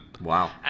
Wow